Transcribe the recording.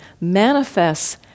manifests